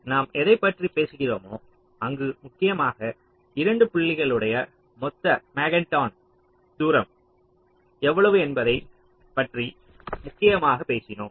நாம் எதைப் பற்றி பேசுகிறோமோ அங்கு முக்கியமாக 2 புள்ளிகளுக்கிடையேயான மொத்த மன்ஹாட்டன் தூரம் எவ்வளவு என்பதை பற்றி முக்கியமாக பேசினோம்